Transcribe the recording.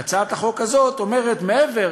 והצעת החוק הזאת אומרת: מעבר